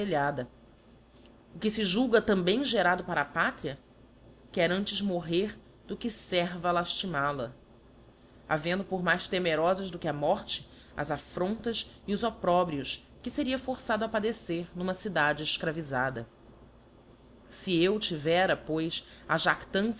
apparelhada o que fe julga também gerado para a pátria quer antes morrer do que serva laílimal a havendo por mais temerofas do que a morte as affrontas e os opprobrios que feria forçado a padecer n'uma cidade efcravifada se eu tivera pois a